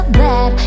bad